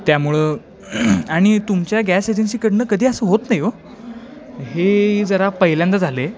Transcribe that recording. त्यामुळं आणि तुमच्या गॅस एजन्सीकडनं कधी असं होत नाही हो हे जरा पहिल्यांदा झालं आहे